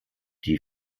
die